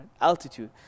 altitude